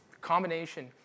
combination